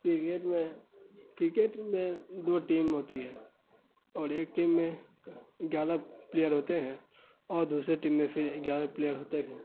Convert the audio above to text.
cricket میں cricket میں دو ٹیم ہوتی ہے اور ایک ٹیم میں گیارہ پلیئر ہوتے ہیں اور دوسرے ٹیم میں پھر گیارہ پلیئر ہوتے ہیں